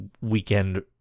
weekend